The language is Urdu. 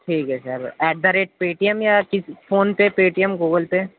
ٹھیک ہے sir at the rate Paytm یا کس PhonePe Paytm Google پے